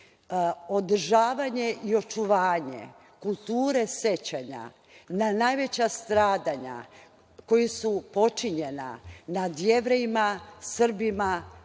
održavanje i očuvanje kulture sećanja na najveća stradanja koja su počinjena nad Jevrejima, Srbima, Romima